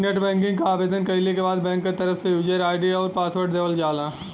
net banking क आवेदन कइले के बाद बैंक क तरफ से यूजर आई.डी आउर पासवर्ड देवल जाला